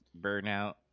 burnout